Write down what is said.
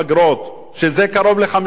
שזה קרוב ל-50,000 60,000